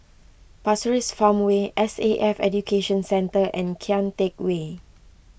Pasir Ris Farmway S A F Education Centre and Kian Teck Way